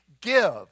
give